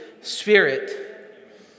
Spirit